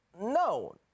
no